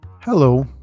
Hello